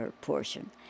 portion